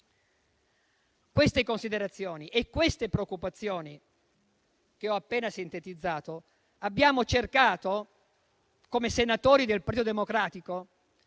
Le considerazioni e le preoccupazioni che ho appena sintetizzato abbiamo cercato come senatori del Partito Democratico